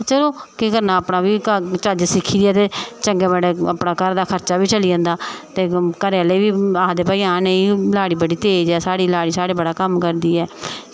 चलो केह् करना अपना बी चज्ज सिक्खियै ते चंगा बड़े अपने घर दा खर्चा बी चली जंदा ते घरे आह्ले बी आखदे की आं भई नेईं लाड़ी बड़ी तेज़ ऐ साढ़ी लाड़ी साढ़े बड़ा कम्म करदी ऐ